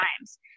times